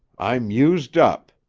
i'm used up,